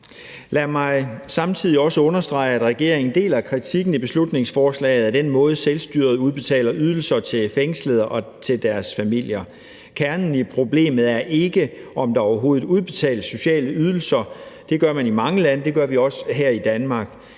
Lad mig samtidig også understrege, at regeringen deler kritikken i beslutningsforslaget af den måde, selvstyret udbetaler ydelser til fængslede og deres familier på. Kernen i problemet er ikke, om der overhovedet udbetales sociale ydelser. Det gør man i mange lande. Det gør vi også her i Danmark.